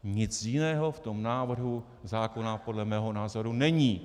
Nic jiného v tom návrhu zákona podle mého názoru není.